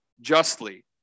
justly